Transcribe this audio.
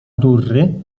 durry